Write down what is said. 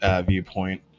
Viewpoint